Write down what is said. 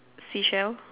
seashell